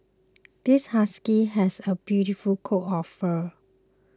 this husky has a beautiful coat of fur